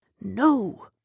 No